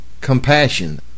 compassion